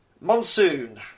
Monsoon